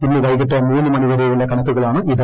ഇന്ന് വൈകിട്ട് മൂന്ന് മണി വരെയുള്ള കണക്കുകളാണിത്